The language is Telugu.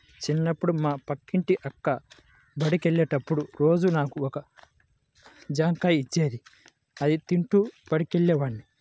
చిన్నప్పుడు మా పక్కింటి అక్క బడికెళ్ళేటప్పుడు రోజూ నాకు ఒక జాంకాయ ఇచ్చేది, అది తింటూ బడికెళ్ళేవాడ్ని